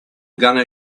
gonna